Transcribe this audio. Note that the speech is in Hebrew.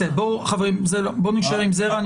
חברים, בואו נישאר עם זרע.